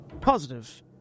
positive